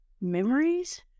memories